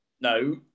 no